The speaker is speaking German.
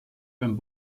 beim